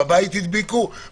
בבית הם הדביקו,